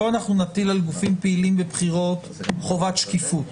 פה אנחנו נטיל על גופים פעילים בבחירות חובת שקיפות.